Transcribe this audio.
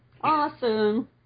awesome